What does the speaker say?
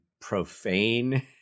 profane